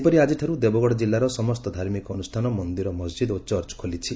ସେହିପରି ଆଜିଠାରୁ ଦେବଗଡ଼ ଜିଲ୍ଲାର ସମସ୍ତ ଧାର୍ମିକ ଅନୁଷ୍ଠାନ ମଦିର ମସ୍ଜିଦ୍ ଓ ଚର୍ଚ୍ଚ ଖୋଲିଛି